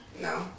No